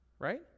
right